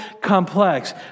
complex